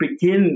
Begin